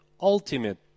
ultimate